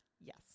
Yes